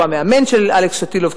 שהוא המאמן של אלכס שטילוב,